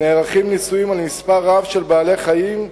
נערכים ניסויים על מספר רב של בעלי-חיים,